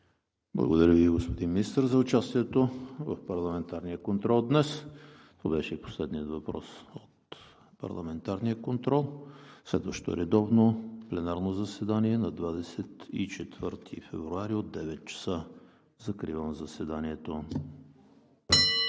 Благодаря Ви, господин Министър за участието в парламентарния контрол днес. Това беше и последният въпрос от парламентарния контрол. Следващо редовно пленарно заседание на 24 февруари 2021 г. от 9,00 ч. Закривам заседанието.